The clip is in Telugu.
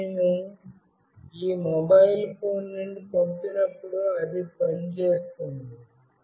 కానీ నేను ఈ మొబైల్ ఫోన్ నుండి పంపినప్పుడు అది పని చేస్తుంది